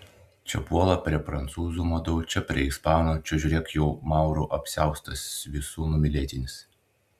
čia puola prie prancūzų madų čia prie ispanų čia žiūrėk jau maurų apsiaustas visų numylėtinis